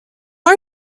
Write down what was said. are